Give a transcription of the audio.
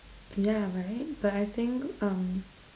ya right but I think uh